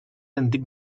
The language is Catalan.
antic